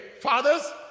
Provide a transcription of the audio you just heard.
fathers